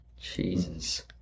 Jesus